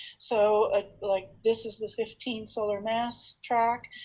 so ah like this is the fifteen solar mass track.